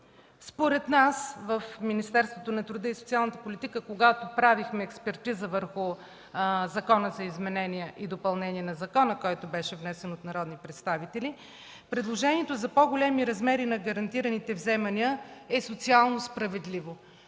6 месеца. В Министерството на труда и социалната политика, когато правихме експертиза върху Закона за изменение и допълнение на закона, който беше внесен от народни представители, предложението за по-големи размери на гарантираните вземания е социално справедливо.